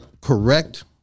correct